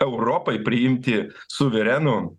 europai priimti suverenu